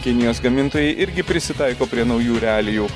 kinijos gamintojai irgi prisitaiko prie naujų realijų